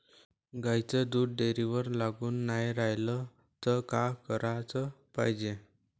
गाईचं दूध डेअरीवर लागून नाई रायलं त का कराच पायजे?